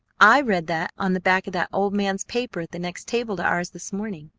i read that on the back of that old man's paper at the next table to ours this morning.